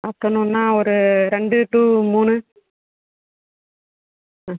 ஆஃப்டர்நூன்னா ஒரு ரெண்டு டூ மூணு ஆ